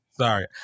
Sorry